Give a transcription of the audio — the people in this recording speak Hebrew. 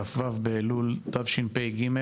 כ"ו באלול התשפ"ג.